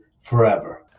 forever